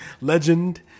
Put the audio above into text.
Legend